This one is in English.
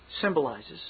symbolizes